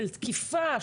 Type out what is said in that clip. של תקיפה,